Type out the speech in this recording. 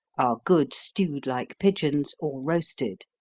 are good stewed like pigeons, or roasted.